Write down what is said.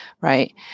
right